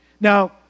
Now